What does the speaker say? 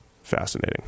Fascinating